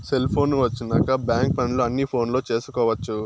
cellphone వచ్చినాక bank పనులు అన్ని ఫోనులో చేసుకొవచ్చు